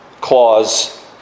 clause